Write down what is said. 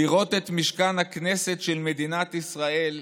לראות את משכן הכנסת של מדינת ישראל,